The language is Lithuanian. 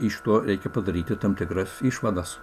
iš to reikia padaryti tam tikras išvadas